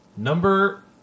Number